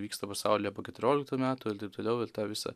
vyksta pasaulyje po keturioliktų metų ir taip toliau ir tą visą